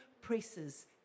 presses